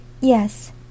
yes